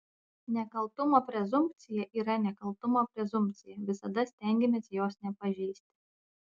nekaltumo prezumpcija yra nekaltumo prezumpcija visada stengiamės jos nepažeisti